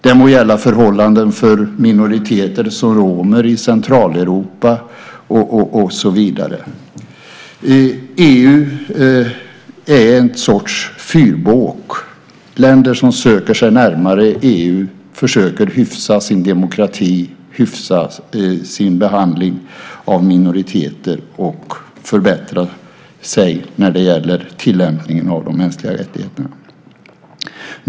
Det må gälla förhållanden för minoriteter som romer i Centraleuropa och så vidare. EU är en sorts fyrbåk. Länder som söker sig närmare EU försöker hyfsa sin demokrati, hyfsa sin behandling av minoriteter och förbättra sig när det gäller tillämpningen av de mänskliga rättigheterna.